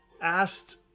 asked